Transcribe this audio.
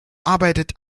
arbeitet